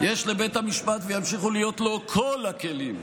איזה כלי?